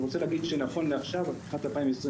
אני רוצה לספר לך על עוד כמה מקרים.